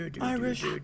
Irish